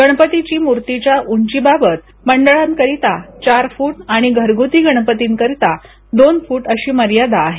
गणपतीची मूर्तीच्या उची बाबत मंडळाकरिता चार फूट आणि घरगुती गणपती करता दोन फूट अशी मर्यादा आहे